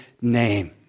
name